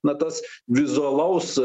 na tas vizualaus